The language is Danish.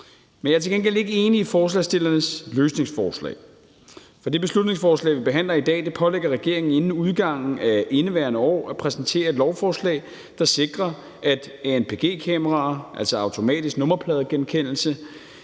Jeg er til gengæld ikke enig i forslagsstillernes løsningsforslag. For det beslutningsforslag, vi behandler i dag, pålægger regeringen inden udgangen af indeværende år at præsentere et lovforslag, der sikrer, at anpg-kameraer, altså automatisk nummerpladegenkendelse,